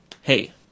Hey